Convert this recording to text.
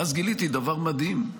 ואז גיליתי דבר מדהים: